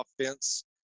offense